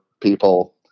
people